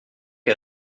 qui